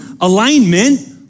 alignment